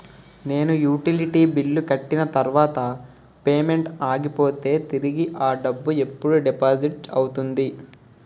నేను utility bill కట్టిన తర్వాత పేమెంట్ ఆగిపోతే తిరిగి అ డబ్బు ఎప్పుడు డిపాజిట్ అవుతుంది?